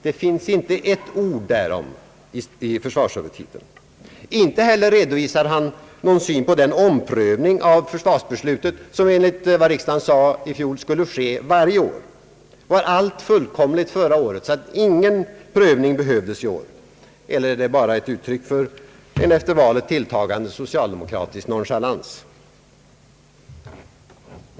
Det finns inte ett ord därom i försvarshuvudtiteln. Inte heller redovisar han någon syn på den omprövning av försvarsbeslutet som, enligt vad riksdagen beslöt i fjol, skulle ske varje år. Var allt fullkomligt förra året så att ingen prövning behövdes i år? Eller är det bara ett uttryck för en efter valet tilltagande socialdemokratisk nonchalans?